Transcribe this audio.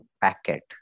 packet